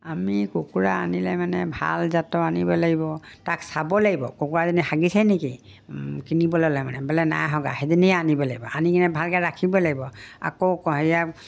আমি কুকুৰা আনিলে মানে ভাল জাতৰ আনিব লাগিব তাক চাব লাগিব কুকুৰাজনী হাগিছে নেকি কিনিব ল'লে মানে বেলে নাই হগা সেইজনীয়ে আনিব লাগিব আনি কিনে ভালকৈ ৰাখিব লাগিব আকৌ সেয়া